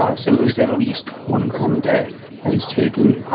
ah so it was at least one gram a day i was taking.